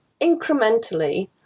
incrementally